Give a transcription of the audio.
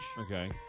Okay